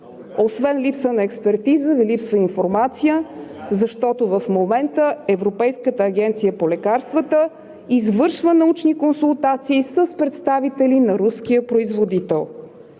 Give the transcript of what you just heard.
Освен липса на експертиза, липсва информация, защото в момента Европейската агенция по лекарствата извършва научни консултации с представители на руския производител.